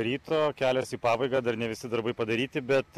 ryto kelias į pabaigą dar ne visi darbai padaryti bet